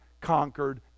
conquered